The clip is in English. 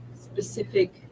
specific